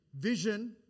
vision